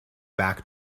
back